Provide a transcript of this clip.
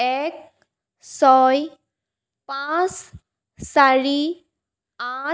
এক ছয় পাঁচ চাৰি আঠ